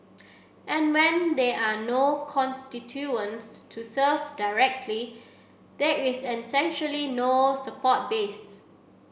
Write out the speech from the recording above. and when there are no constituents to serve directly there is essentially no support base